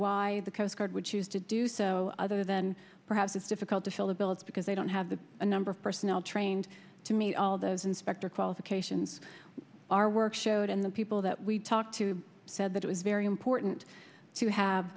why the coast guard would choose to do so other than perhaps it's difficult to fill the bill because they don't have the number of personnel trained to meet all those inspector qualifications our work showed and the people that we talked to said that it was very important to have